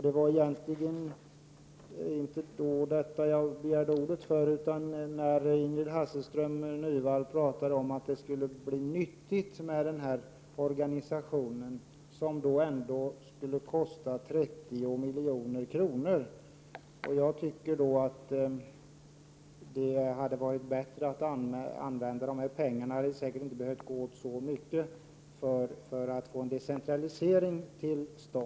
Det var egentligen inte detta som jag begärde ordet för. Ingrid Hasselström Nyvall talade om att denna organisation, som skulle kosta 30 milj.kr., skulle bli nyttig. Jag tycker att det hade varit bättre att använda dessa pengar — det hade säkerligen inte behövt gå åt så mycket — för att få till stånd en decentralisering.